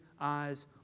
eyes